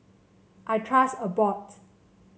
I trust Abbott